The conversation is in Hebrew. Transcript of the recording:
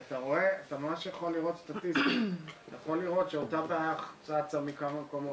כי אתה ממש יכול לראות שאותה בעיה צצה מכמה מקומות,